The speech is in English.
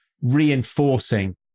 reinforcing